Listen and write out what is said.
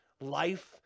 life